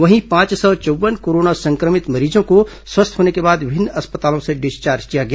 वहीं पांच सौ चौव्वन कोरोना संक्रमित मरीजों को स्वस्थ होने के बाद विभिन्न अस्पतालों से डिस्चार्ज किया गया